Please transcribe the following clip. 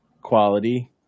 quality